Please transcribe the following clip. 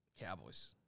Cowboys